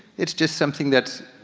it's just something that's,